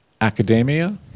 Academia